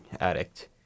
addict